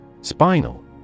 Spinal